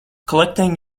collecting